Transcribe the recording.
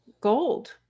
gold